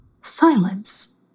Silence